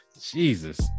jesus